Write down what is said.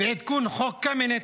ועדכון חוק קמיניץ,